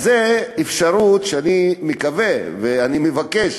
אז זו אפשרות שאני מקווה, ואני מבקש